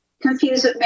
confused